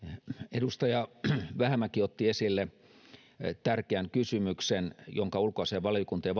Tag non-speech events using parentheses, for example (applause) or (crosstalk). edustaja vähämäki otti esille tärkeän kysymyksen jonka ulkoasiainvaliokunta ja (unintelligible)